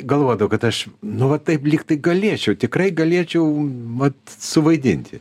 galvodavau kad aš nu va taip lygtai galėčiau tikrai galėčiau vat suvaidinti